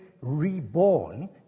reborn